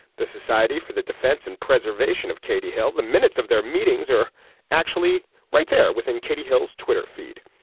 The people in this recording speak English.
the society for the defense and preservation of katie hill the minutes of their meetings are actually right there within katie hill's twitter feed.